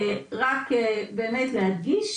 רק באמת להדגיש,